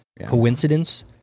Coincidence